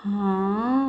ହଁ